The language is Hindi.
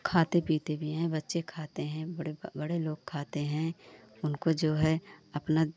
खाते पीते भी हैं बच्चे खाते हैं बड़े बड़े लोग खाते हैं उनको जो है अपना